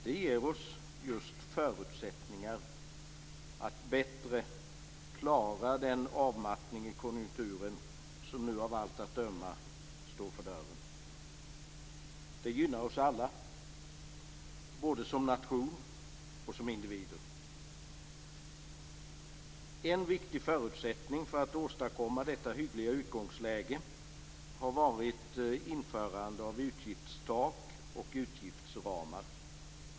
Det ger oss förutsättningar att bättre klara den avmattning i konjunkturen som nu av allt att döma står för dörren. Det gynnar oss alla - både som nation och som individer. En viktig förutsättning för att åstadkomma detta hyggliga utgångsläge har varit införande av utgiftstak och utgiftsramar.